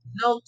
no